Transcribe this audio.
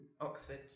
Oxford